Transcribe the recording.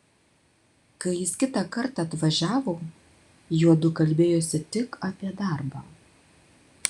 kai jis kitą kartą atvažiavo juodu kalbėjosi tik apie darbą